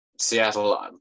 Seattle